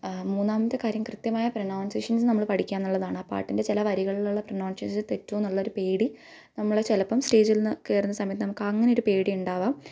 മൂന്നാമത്തെ കാര്യം കൃത്യമായ പ്രണൌന്സേഷന്സ് നമ്മള് പഠിക്കുക എന്നുള്ളതാണ് ആ പാട്ടിന്റെ ചില വരികളിലുള്ള പ്രണൌന്ഷേസ് തെറ്റുമോ എന്നുള്ളൊരു പേടി നമ്മളെ ചിലപ്പം സ്റ്റേജില് നിന്ന് കയറുന്ന സമയത്ത് നമുക്ക് അങ്ങനെ ഒരു പേടി ഉണ്ടാകാം